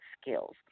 skills